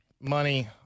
money